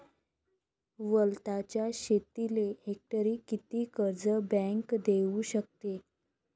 वलताच्या शेतीले हेक्टरी किती कर्ज बँक देऊ शकते?